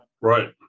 Right